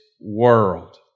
world